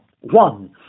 One